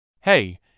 Hey